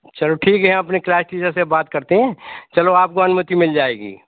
चलो ठीक है अपनी क्लास टीचर से बात करते हैं चलो आप को अनुमति मिल जाएगी